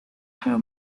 her